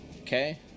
Okay